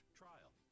trial